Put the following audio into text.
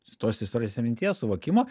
tos istorijos ir minties suvokimo